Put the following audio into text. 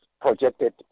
projected